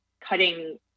cutting